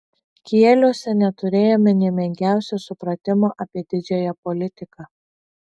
kieliuose neturėjome nė menkiausio supratimo apie didžiąją politiką